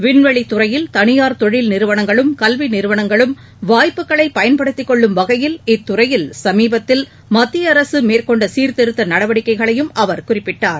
விண்வெளி துறையில் தனியார் தொழில் நிறுவனங்களும் கல்வி நிறுவனங்களும் வாய்ப்புகளை பயன்படுத்திக் கொள்ளும் வகையில் இத்துறையில் சமீபத்தில் மத்திய அரசு மேற்கொண்ட சீரத்திருத்த நடவடிக்கைகளையும் அவர் குறிப்பிட்டார்